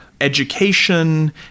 education